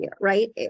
right